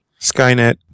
Skynet